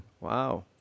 Wow